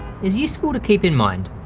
is useful to keep in mind.